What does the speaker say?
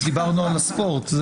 שדיברנו על הספורט.